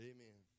Amen